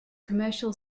commercial